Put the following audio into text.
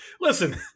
listen